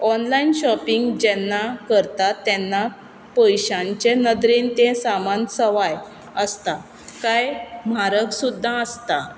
online shopping जेन्ना करतात तेन्ना पयश्यांचे नदरेन तें सामान सवाय आसता कांय म्हारग सुद्दां आसता